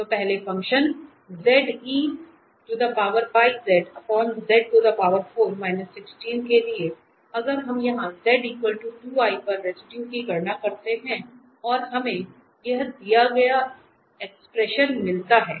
तो पहले फंक्शन के लिए अगर हम वहां z 2 i पर रेसिडुए की गणना करते हैं और हमें मिलता है